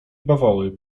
bawoły